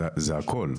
זה הכול.